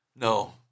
No